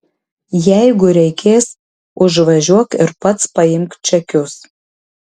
jeigu reikės užvažiuok ir pats paimk čekius